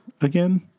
again